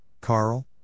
Carl